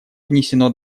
внесено